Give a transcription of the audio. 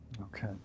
Okay